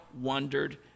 wondered